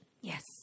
Yes